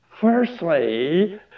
Firstly